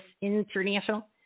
International